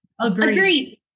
Agreed